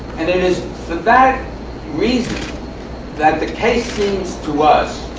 and it is for that reason that the case seems to us,